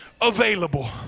available